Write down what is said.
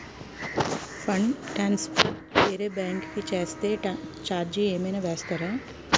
Fund transfer వేరే bank కి చేస్తే ఛార్జ్ ఏమైనా వేస్తారా?